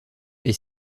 est